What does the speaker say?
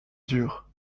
dure